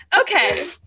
Okay